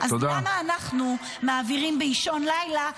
אז למה אנחנו מעבירים באישון לילה?